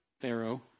Pharaoh